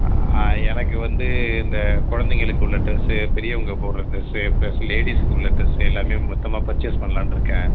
எனக்கு வந்து இந்த குழந்தைங்களுக்கு உள்ள டிரெஸ்ஸு பெரியவங்க போடுற டிரெஸ்ஸு பிளஸ் லேடீஸுக்கு உள்ள டிரெஸ்ஸு எல்லாம் மொத்தமாக பர்ச்சேஸ் பண்ணலாம்ன்ட்டு இருக்கேன்